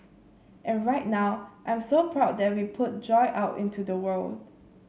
and right now I'm so proud that we put joy out into the world